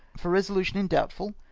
for resolution in doubtful,